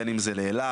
בין אם זה לאילת,